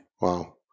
Wow